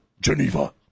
Geneva